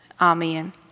Amen